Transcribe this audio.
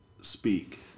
speak